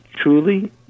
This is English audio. truly